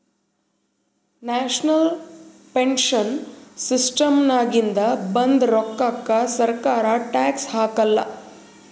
national pension ಸಿಸ್ಟಮ್ನಾಗಿಂದ ಬಂದ್ ರೋಕ್ಕಾಕ ಸರ್ಕಾರ ಟ್ಯಾಕ್ಸ್ ಹಾಕಾಲ್